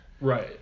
Right